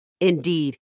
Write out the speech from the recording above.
Indeed